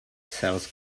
sells